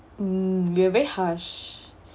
um we're very harsh